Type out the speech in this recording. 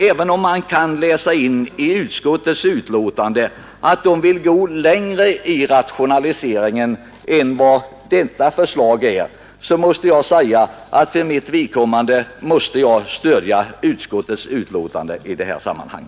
Även om det av utskottsbetänkandet kan utläsas att man vill gå längre i rationalisering än vad detta förslag innebär, måste jag för min del stödja utskottet i detta sammanhang.